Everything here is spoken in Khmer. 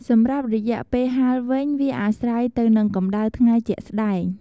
សម្រាប់រយៈពេលហាលវិញវាអាស្រ័យទៅនឹងកម្តៅថ្ងៃជាក់ស្តែង។